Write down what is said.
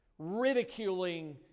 ridiculing